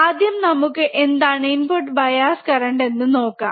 ആദ്യം നമുക്ക് എന്താണ് ഇൻപുട് ബയാസ് കറന്റ് എന്ന് നോക്കാം